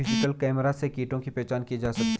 digital camera से कीटों की पहचान की जा सकती है